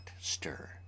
stir